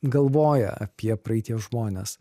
galvoja apie praeities žmones